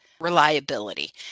reliability